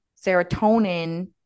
Serotonin